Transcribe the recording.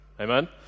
Amen